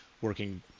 working